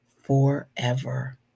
forever